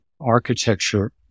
architecture